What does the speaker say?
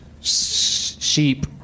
sheep